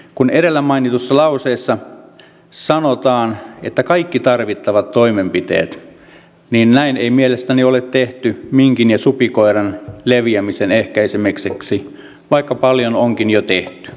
kun edellä mainitussa lauseessa sanotaan että kaikki tarvittavat toimenpiteet niin näin ei mielestäni ole tehty minkin ja supikoiran leviämisen ehkäisemiseksi vaikka paljon onkin jo tehty